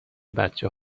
بچه